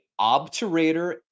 obturator